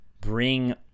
bring